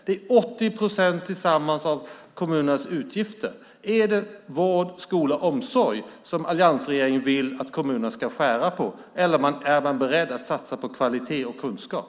Detta handlar om ca 80 procent av kommunernas utgifter. Är det vård, skola och omsorg som alliansregeringen vill att kommunerna ska skära i, eller är man beredd att satsa på kvalitet och kunskap?